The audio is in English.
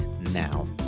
now